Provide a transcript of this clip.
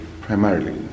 primarily